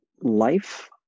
life